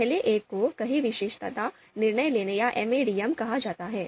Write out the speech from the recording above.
पहले एक को कई विशेषता निर्णय लेने या MADM कहा जाता है